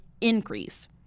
increase